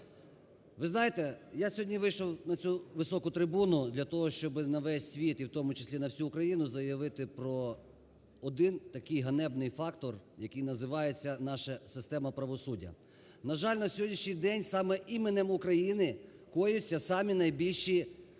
Ви знаєте я сьогодні вийшов на цю високу трибуну для того, щоб на весь світ, і в тому числі на всю Україну заявити про один такий ганебний фактор, який називається наша система правосуддя. На жаль, на сьогоднішній день саме іменем України кояться самі найбільші